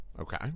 Okay